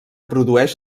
produeix